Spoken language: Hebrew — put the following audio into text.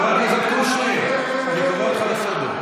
חבר הכנסת קושניר, אני קורא אותך לסדר.